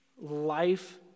life